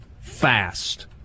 fast